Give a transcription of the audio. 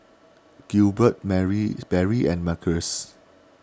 Gilbert Berry and Marques